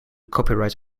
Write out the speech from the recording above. copyright